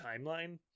timeline